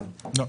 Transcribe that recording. לא.